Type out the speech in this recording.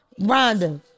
Rhonda